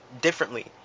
differently